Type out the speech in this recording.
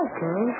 Okay